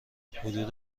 حدود